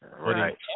Right